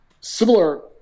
similar